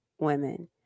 women